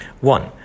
One